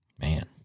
Man